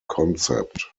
concept